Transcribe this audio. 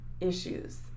issues